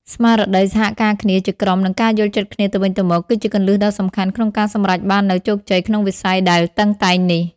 ស្មារតីសហការគ្នាជាក្រុម និងការយល់ចិត្តគ្នាទៅវិញទៅមក គឺជាគន្លឹះដ៏សំខាន់ក្នុងការសម្រេចបាននូវជោគជ័យក្នុងវិស័យដែលតឹងតែងនេះ។